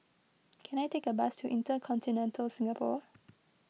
can I take a bus to Intercontinental Singapore